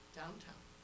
downtown